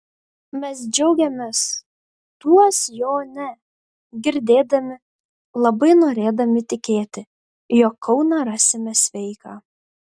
mes džiaugėmės tuos jo ne girdėdami labai norėdami tikėti jog kauną rasime sveiką